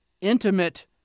intimate